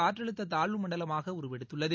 காற்றழுத்ததாழவுமண்டலமாகஉருவெடுத்துள்ளது